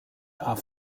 are